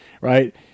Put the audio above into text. Right